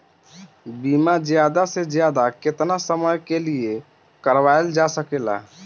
बीमा ज्यादा से ज्यादा केतना समय के लिए करवायल जा सकेला?